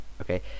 Okay